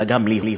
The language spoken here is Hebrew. אלא גם ליהודים.